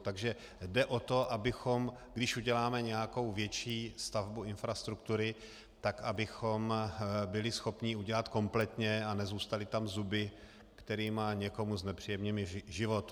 Takže jde o to, abychom když uděláme nějakou větší stavbu infrastruktury, tak abychom byli schopni ji udělat kompletně a nezůstaly tam zuby, kterými někomu znepříjemňujeme život.